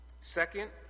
Second